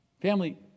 Family